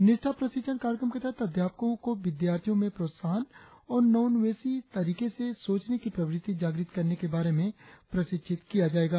निष्ठा प्रशिक्षण कार्यक्रम के तहत अध्यापकों को विद्यार्थियों में प्रोत्साहन और नवोन्वेषी तरीके से सोचने की प्रवृत्ति जागृत करने के बारे में प्रशिक्षित किया जायेगा